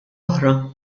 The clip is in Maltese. oħra